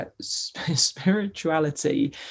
spirituality